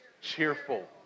Cheerful